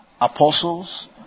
apostles